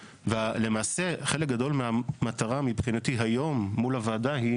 ולמעשה חלק גדול מהמטרה מבחינתי היום מול הוועדה היא